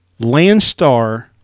Landstar